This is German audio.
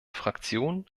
fraktionen